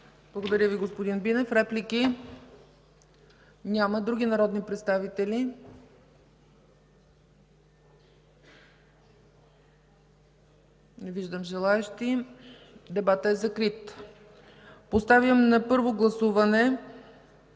Благодаря Ви, господин Бинев. Реплики? Няма. Други народни представители? Не виждам желаещи. Дебатът е закрит. Поставям на първо гласуване